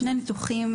שני ניתוחים,